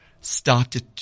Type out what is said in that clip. started